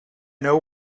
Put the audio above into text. know